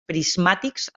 prismàtics